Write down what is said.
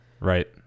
Right